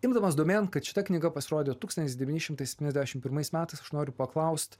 imdamas domėn kad šita knyga pasirodė tūkstantis devyni šimtai septyniasdešimt pirmais metais aš noriu paklaust